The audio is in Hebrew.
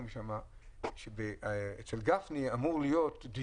שהייתי במשרד אומרים שאמור להיות אצלך